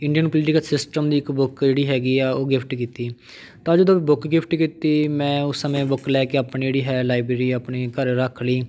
Indian political system ਦੀ ਇੱਕ book ਜਿਹੜੀ ਹੈਗੀ ਆ ਉਹ ਗਿਫ਼ਟ ਕੀਤੀ ਤਾਂ ਜਦੋਂ ਬੁੱਕ ਗਿਫ਼ਟ ਕੀਤੀ ਮੈਂ ਉਸ ਸਮੇਂ ਬੁੱਕ ਲੈ ਕੇ ਆਪਣੀ ਜਿਹੜੀ ਹੈ ਲਾਈਬ੍ਰੇਰੀ ਆਪਣੇ ਘਰ ਰੱਖ ਲਈ